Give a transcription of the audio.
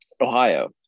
ohio